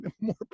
more